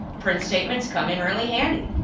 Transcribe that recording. print statements come in really handy.